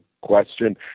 question